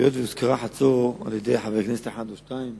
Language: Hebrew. היות שחצור הוזכרה על-ידי חבר כנסת אחד או שניים,